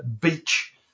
beach